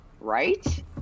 right